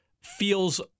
Feels